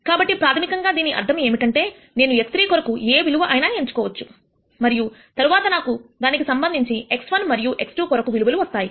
కాబట్టి ప్రాథమికంగా దీని అర్థం ఏమిటంటే నేను x3 కొరకు ఏ విలువ అయినా ఎంచుకోవచ్చు మరియు తరువాత నాకు దానికి సంబంధించి x1 మరియు x2 కొరకు విలువలు వస్తాయి